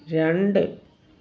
രണ്ട്